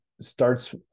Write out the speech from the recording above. starts